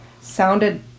sounded